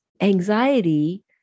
anxiety